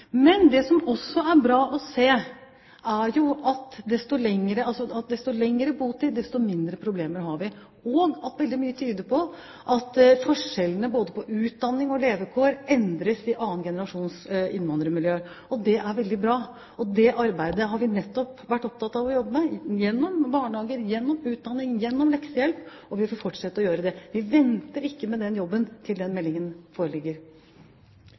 Men det som også er bra å se, er jo at desto lengre botid, desto mindre problemer har vi, og at veldig mye tyder på at forskjellene både i utdanning og levekår endres i 2. generasjons innvandrermiljøer. Det er veldig bra. Det arbeidet har vi nettopp vært opptatt med å jobbe med, gjennom barnehager, gjennom utdanning, gjennom leksehjelp, og vi skal fortsette å gjøre det. Vi venter ikke med den jobben til meldingen foreligger.